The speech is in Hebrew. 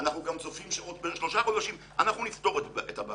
אנחנו גם צופים שבערך עוד שלושה חודשים אנחנו נפתור את הבעיה.